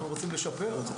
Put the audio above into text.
אז אנחנו רוצים לשפר.